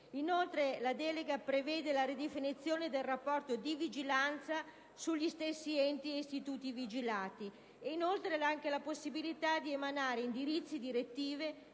Inoltre la delega prevede la ridefinizione del rapporto di vigilanza sugli stessi enti e istituti vigilati ed anche la possibilità di emanare indirizzi e direttive